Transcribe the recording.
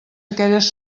aquelles